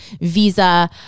visa